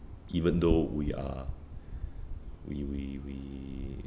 even though we are we we we